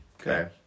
Okay